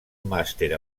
màster